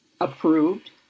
approved